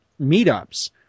meetups